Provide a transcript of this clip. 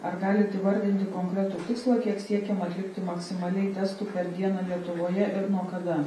ar galit įvardinti konkretų tikslą kiek siekiama atlikti maksimaliai testų per dieną lietuvoje ir nuo kada